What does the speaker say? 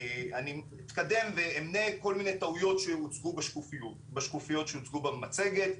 אני אתקדם ואמנה כל מיני טעויות שהוצגו בשקופיות שהוצגו במצגת.